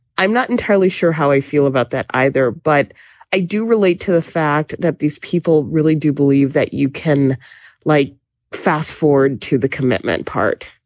i'm not entirely sure how i feel about that either, but i do relate to the fact that these people really do believe that you can like fast forward to the commitment part.